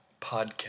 podcast